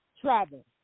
travel